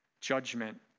judgment